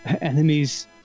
enemies